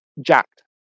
jacked